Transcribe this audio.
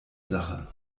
sache